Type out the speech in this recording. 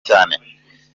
cyane